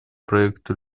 проекту